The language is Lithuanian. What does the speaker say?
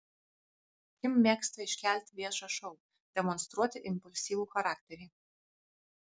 kim mėgsta iškelti viešą šou demonstruoti impulsyvų charakterį